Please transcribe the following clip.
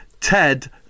Ted